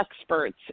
experts